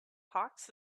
hawks